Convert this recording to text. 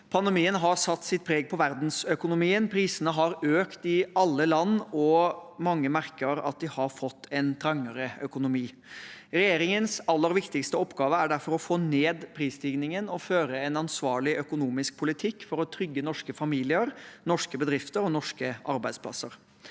pandemien har satt sitt preg på verdensøkonomien. Prisene har økt i alle land, også her i Norge. Mange merker at de har fått en trangere økonomi, og da er det vår viktigste oppgave å få ned prisstigningen og føre en ansvarlig økonomisk politikk for å trygge norske familier, norske bedrifter og norske arbeidsplasser.